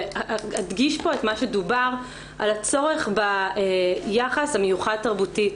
ואדגיש פה את מה שדובר על הצורך ביחס המיוחד תרבותית.